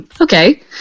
okay